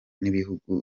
n’ibihugu